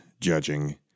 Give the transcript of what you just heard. judging